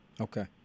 Okay